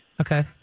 Okay